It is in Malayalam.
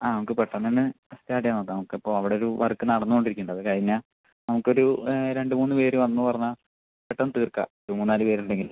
ആ നമുക്ക് പെട്ടെന്നു തന്നെ സ്റ്റാർട്ട് ചെയ്യാൻ നോക്കാം നമുക്ക് ഇപ്പോൾ അവിടെ ഒരു വർക്ക് നടന്നു കൊണ്ട് ഇരിക്കുന്നുണ്ട് അത് കഴിഞ്ഞാൽ നമുക്കൊരു രണ്ട് മൂന്ന് പേർ വന്നു പറഞ്ഞാൽ പെട്ടെന്ന് തീർക്കാം ഒരു മൂന്നാല് പേർ ഉണ്ടെങ്കിൽ